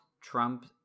Trump